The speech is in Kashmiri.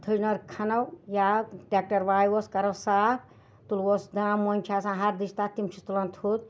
تھٔج نٲر کھَنو یا ٹٮ۪کٹَر وایوس کَرو صاف تُلہوس دا مۄنٛجہِ چھِ آسان ہردٕچ تَتھ تِم چھِ تُلان تھوٚد